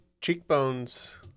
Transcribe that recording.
cheekbones